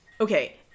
okay